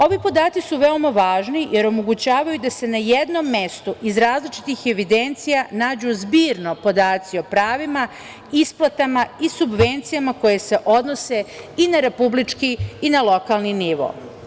Ovi podaci su veoma važni jer omogućavaju da se na jednom mestu iz različitih evidencija nađu zbirno podaci o pravima, isplatama i subvencijama koje se odnose i na republički i na lokalni nivo.